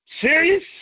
Serious